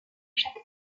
chaque